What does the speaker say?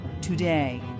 today